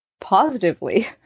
Positively